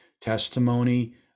testimony